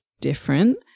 different